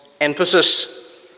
emphasis